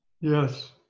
yes